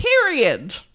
period